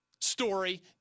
Story